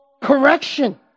correction